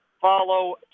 Follow